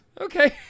Okay